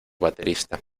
baterista